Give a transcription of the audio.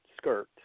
skirt